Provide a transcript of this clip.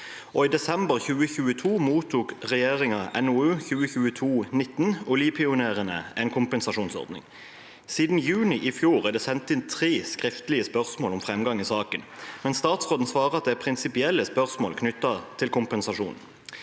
i desember 2022 mottok regjeringen NOU 2022: 19 Oljepionerene – en kompensasjonsordning. Siden juni i fjor er det stilt tre skriftlige spørsmål om fremdrift i saken, men statsråden svarer at det er prinsipielle spørsmål knyttet til en kompensasjon